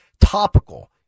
topical